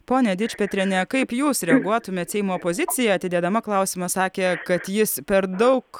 pone dičpetriene kaip jūs reaguotumėt seimo opozicija atidėdama klausimą sakė kad jis per daug